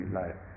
life